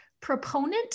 proponent